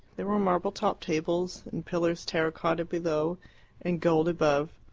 there were marble-topped tables, and pillars terra-cotta below and gold above,